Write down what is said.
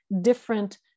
different